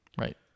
right